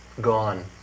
Gone